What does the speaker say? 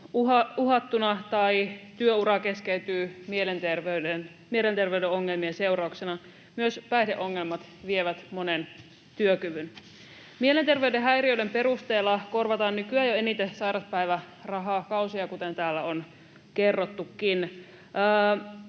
uhattuna tai työura keskeytyy mielenterveyden ongelmien seurauksena. Myös päihdeongelmat vievät monen työkyvyn. Mielenterveyden häiriöiden perusteella korvataan nykyään jo eniten sairauspäivärahakausia, kuten täällä on kerrottukin.